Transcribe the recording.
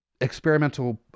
experimental